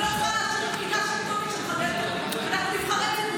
אני לא צריכה שום פקידה שלטונית --- אנחנו נבחרי ציבור,